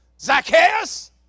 Zacchaeus